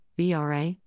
BRA